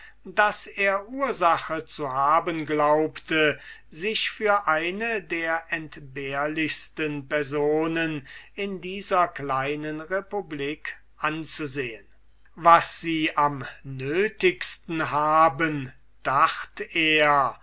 daß er ursache zu haben glaubte sich als eine der entbehrlichsten personen in dieser kleinen republik anzusehen was sie am nötigsten haben dacht er